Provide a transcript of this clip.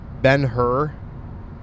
Ben-Hur